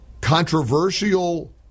controversial